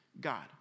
God